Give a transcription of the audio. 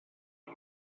tap